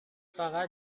فقط